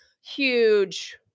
huge